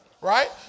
right